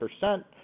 percent